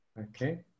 Okay